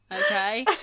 okay